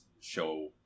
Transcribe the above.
show